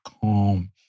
calm